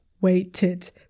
waited